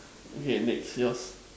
okay next yours